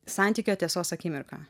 santykio tiesos akimirka